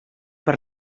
per